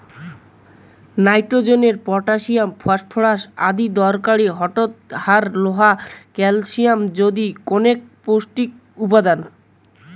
nitrogen, potassium, phosphorus অতিদরকারী বৃহৎ আর লোহা, ক্যালশিয়াম আদি কণেক পৌষ্টিক উপাদান